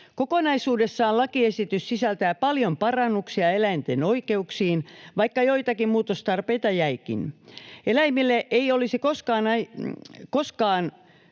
Kokonaisuudessaan lakiesitys sisältää paljon parannuksia eläinten oikeuksiin, vaikka joitakin muutostarpeita jäikin. Eläimille ei olisi koskaan